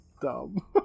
dumb